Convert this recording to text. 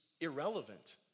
irrelevant